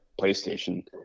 PlayStation